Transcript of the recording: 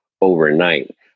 overnight